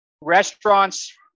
restaurants